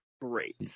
great